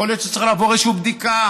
יכול להיות שצריך לעבור איזושהי בדיקה,